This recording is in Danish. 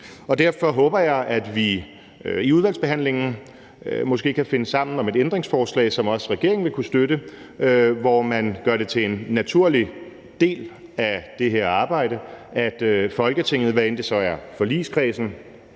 Derfor håber jeg, at vi i udvalgsbehandlingen måske kan finde sammen om et ændringsforslag, som også regeringen vil kunne støtte, hvor man gør det til en naturlig del af det her arbejde, at Folketinget er med på råd, hvad enten det så er forligskredsen